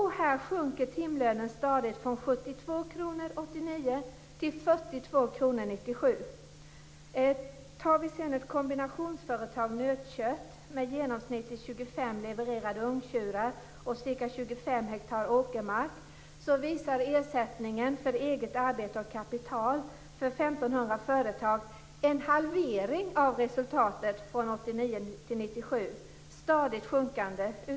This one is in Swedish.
Här sjunker timlönen stadigt från 72 kr 1989 till 42 kr 1997. För 1 500 kombinationsföretag med nötköttsproduktion med genomsnittligt 25 levererade ungtjurar och ca 25 ha åkermark uppvisar ersättningen för eget arbete och kapital en halvering av resultatet från 1989 till 1997. Det har utom för det sista året varit stadigt sjunkande.